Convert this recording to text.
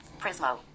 Prismo